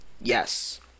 Yes